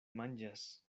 manĝas